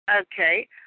Okay